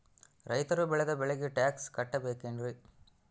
ರೈತರು ಬೆಳೆದ ಬೆಳೆಗೆ ಟ್ಯಾಕ್ಸ್ ಕಟ್ಟಬೇಕೆನ್ರಿ?